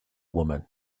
woman